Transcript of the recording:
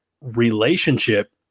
relationship